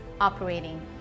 operating